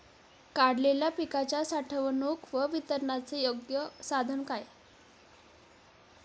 काढलेल्या पिकाच्या साठवणूक व वितरणाचे योग्य साधन काय?